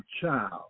child